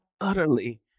utterly